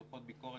דוחות ביקורת